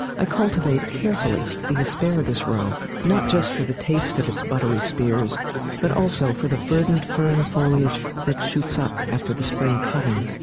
i cultivate carefully the asparagus row not just for the taste of its buttery spears but also for the verdant fern foliage that shoots up after the spring cutting.